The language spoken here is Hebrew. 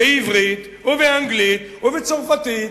בעברית ובאנגלית ובצרפתית: